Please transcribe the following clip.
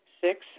Six